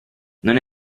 non